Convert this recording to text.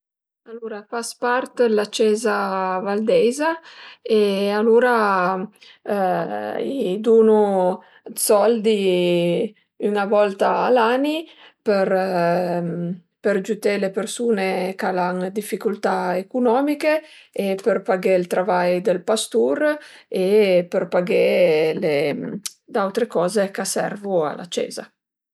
Alura fas part d'la cieza valdeiza e alura i dunu 'd soldi üna volta a l'ani për giüté le persun-e ch'al an dë dificultà ecunomiche e për paghé ël travai dël pastur e për paghé d'autre coze ch'a servu a la cieza